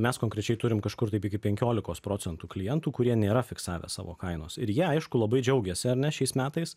mes konkrečiai turim kažkur taip iki penkiolikos procentų klientų kurie nėra fiksavę savo kainos ir jie aišku labai džiaugiasi ar ne šiais metais